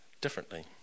differently